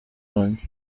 wange